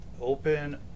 Open